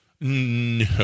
No